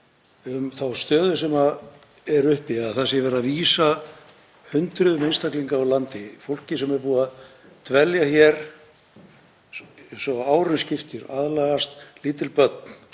um þá stöðu sem er uppi, að það sé verið að vísa hundruðum einstaklinga úr landi, fólki sem er búið að dvelja hér svo árum skiptir og aðlagast, lítil börn